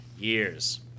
years